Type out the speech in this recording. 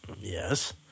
Yes